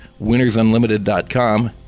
winnersunlimited.com